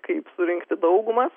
kaip surinkti daugumas